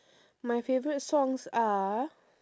my favorite songs are